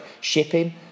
shipping